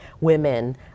women